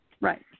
Right